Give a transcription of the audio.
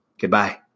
Goodbye